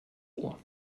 ohr